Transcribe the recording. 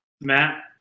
matt